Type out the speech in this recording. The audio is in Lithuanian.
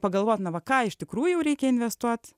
pagalvot na va ką iš tikrųjų reikia investuot